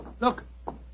look